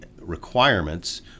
requirements